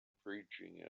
preaching